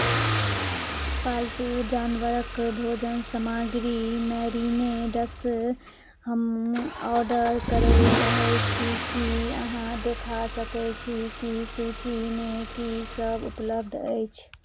पालतू जानवरक भोजन सामग्री मैरिनेड्स हम ऑर्डर करय चाहैत छी की अहाँ देखा सकैत छी कि सूचीमे कीसभ उपलब्ध अछि